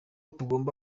tugomba